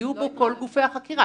יהיו בו כל גופי החקירה.